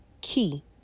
key